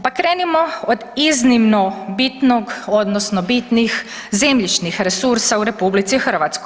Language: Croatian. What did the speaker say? Pa krenimo od iznimno bitnog odnosno bitnih zemljišnih resursa u RH.